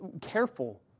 careful